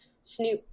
snoop